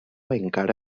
encara